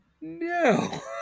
No